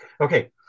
Okay